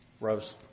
Rose